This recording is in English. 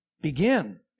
begin